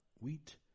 wheat